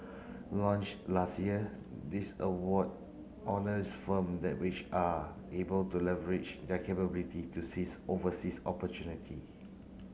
launch last year this award honours firm that which are able to leverage their capability to seize overseas opportunity